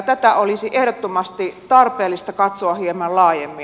tätä olisi ehdottomasti tarpeellista katsoa hieman laajemmin